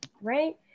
Right